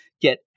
get